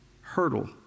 hurdle